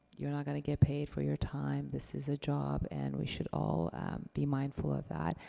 you're not gonna get paid for your time. this is a job, and we should all be mindful of that.